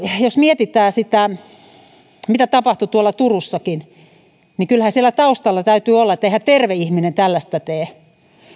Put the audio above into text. jos mietitään sitä mitä tapahtui turussakin niin kyllähän siellä taustalla jotain täytyy olla eihän terve ihminen tällaista tee